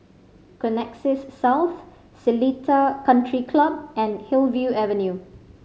Connexis South Seletar Country Club and Hillview Avenue